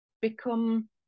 become